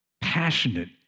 passionate